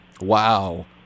Wow